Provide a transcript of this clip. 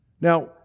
now